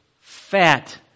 fat